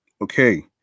Okay